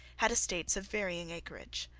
had estates of varying acreage.